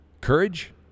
Courage